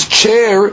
chair